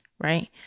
right